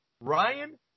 Ryan